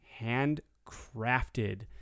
handcrafted